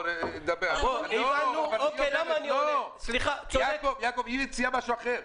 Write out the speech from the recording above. יעקב, היא הציעה משהו אחר.